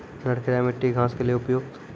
नटखेरा मिट्टी घास के लिए उपयुक्त?